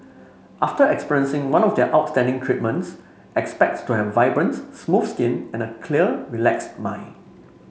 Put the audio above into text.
after experiencing one of their outstanding treatments expects to have vibrant smooth skin and a clear relaxed mind